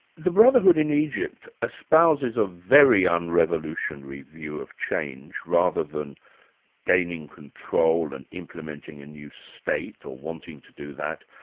the brotherhood in egypt espouses a very unrevolutionary view of change, rather than gaining control and implementing a new state or wanting to do that,